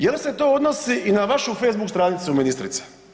Jel se to odnosi i na vašu Facebook stranicu, ministrice?